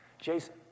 Jason